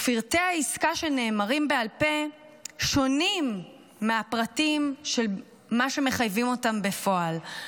פרטי העסקה שנאמרים בעל פה שונים מהפרטים של מה שמחייבים אותם בפועל.